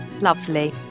Lovely